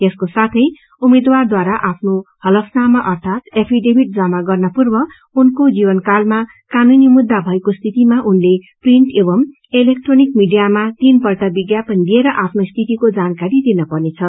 यसको साथै उम्मेद्वारद्वारा आफ्नो हलफनामा अर्थात ऐफीडेभिट जमा गर्न पूर्व उनको जीवनकालमा कानुनी मुद्दा भएको स्थितिमा उनले प्रिन्ट एवं इलेक्ट्रोनिक मिडियामा तीनपल्ट विज्ञापन दिएर आफ्नो स्थितिको जानकारी दिनपर्नेछ